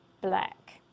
black